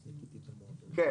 כן.